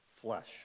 flesh